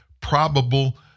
probable